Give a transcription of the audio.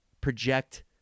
project